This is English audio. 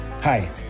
Hi